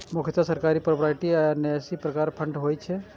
मुख्यतः सरकारी, प्रोपराइटरी आ न्यासी प्रकारक फंड होइ छै